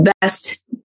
best